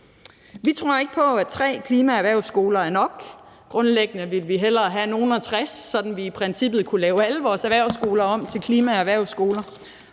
Vi tror ikke på, at tre klimaerhvervsskoler er nok. Grundlæggende vil vi hellere have nogleogtres, så vi i princippet kunne lave alle vores erhvervsskoler om til klimaerhvervsskoler.